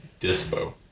Dispo